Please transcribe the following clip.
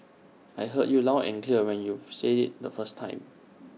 I heard you loud and clear when you said IT the first time